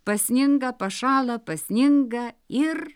pasninga pašąla pasninga ir